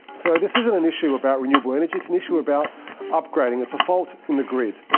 so this isn't an issue about renewable energy, it's an issue about upgrading, it's a fault in the grid.